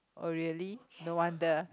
oh really no wonder